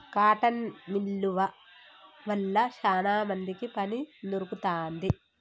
cotton మిల్లువ వల్ల శానా మందికి పని దొరుకుతాంది